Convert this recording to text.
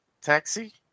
Taxi